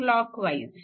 clockwise